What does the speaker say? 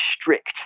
strict